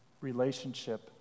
relationship